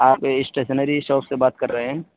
آپ stationery shop سے بات کر رہے ہیں